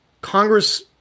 Congress